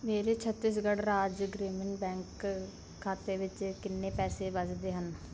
ਮੇਰੇ ਛੱਤੀਸਗੜ੍ਹ ਰਾਜ ਗ੍ਰਾਮੀਣ ਬੈਂਕ ਖਾਤੇ ਵਿੱਚ ਕਿੰਨੇ ਪੈਸੇ ਬਚਦੇ ਹਨ